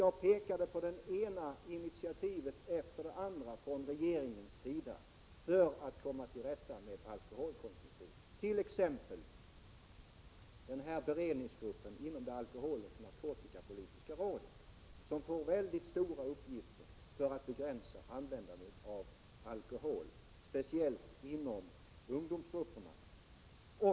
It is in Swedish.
Jag pekade på det ena initiativet efter det andra från regeringens sida för att komma till rätta med alkoholkonsumtionen, t.ex. beredningsgruppen inom det alkoholoch narkotikapolitiska rådet, som får väldigt mycket arbete med att begränsa användandet av alkohol, speciellt inom ungdomsgrupperna.